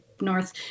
North